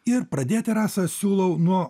ir pradėti rasa siūlau nuo